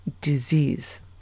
disease